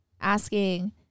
asking